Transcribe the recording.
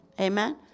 Amen